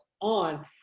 on